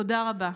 תודה רבה.